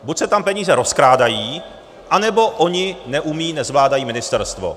Buď se tam peníze rozkrádají, anebo oni nezvládají ministerstvo.